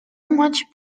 much